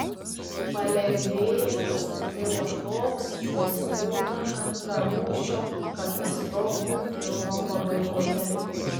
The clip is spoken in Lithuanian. palengvėjimas atėjo toks koks būna antrarūšio katastrofų filmo pabaigoje